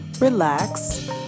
relax